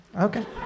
Okay